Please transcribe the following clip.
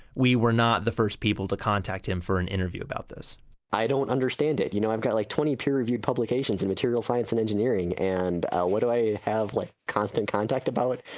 we were not the first people to contact him for an interview about this i don't understand it. you know, i've got like twenty peer-reviewed publications on and material science and engineering and what do i have like constant contact about?